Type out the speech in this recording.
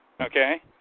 Okay